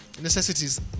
necessities